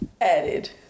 added